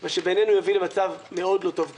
מה שבעינינו יביא למצב מאוד לא טוב כלכלית.